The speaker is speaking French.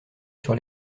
sur